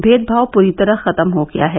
भेदभाव पूरी तरह खत्म हो गया है